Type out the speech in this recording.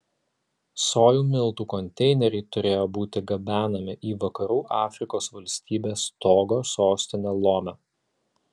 sojų miltų konteineriai turėjo būti gabenami į vakarų afrikos valstybės togo sostinę lomę